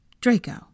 Draco